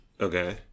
Okay